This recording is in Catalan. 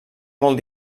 molt